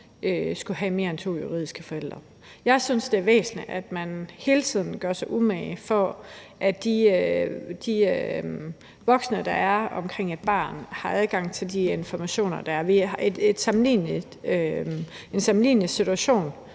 skulle have mere end to juridiske forældre. Jeg synes, det er væsentligt, at man hele tiden gør sig umage for, at de voksne, der er omkring et barn, har adgang til de informationer, der er. En sammenlignelig situation